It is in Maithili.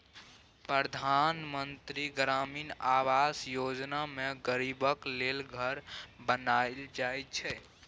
परधान मन्त्री ग्रामीण आबास योजना मे गरीबक लेल घर बनाएल जाइ छै